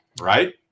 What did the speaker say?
right